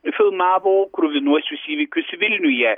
filmavo kruvinuosius įvykius vilniuje